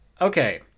Okay